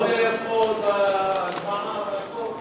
כל התוכניות היפות, וההקדמה, והכול.